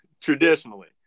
Traditionally